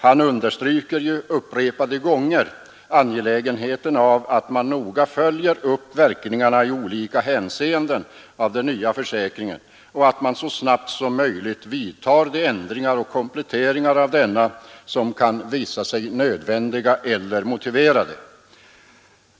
Han understryker upprepade gånger det angelägna i att man noga följer upp verkningarna i olika hänseenden av den nya försäkringen och att man så snabbt som möjligt företar de ändringar och kompletteringar av denna som kan visa sig nödvändiga eller motiverade.